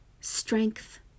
strength